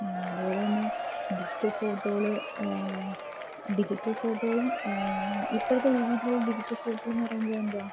അതുപോലെ തന്നെ ഡിജിറ്റൽ ഫോട്ടോകൾ ഡിജിറ്റൽ ഫോട്ടോകളും ഇപ്പോഴത്തെ ഈ രീതീലുള്ള ഡിജിറ്റൽ ഫോട്ടോകളെന്ന് പറയുമ്പോൾ എന്താ